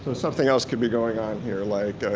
something else could be going on here, like,